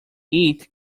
eat